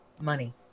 money